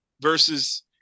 versus –